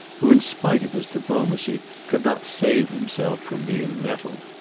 who in spite of his diplomacy could not save himself from being nettled.